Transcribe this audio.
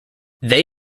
they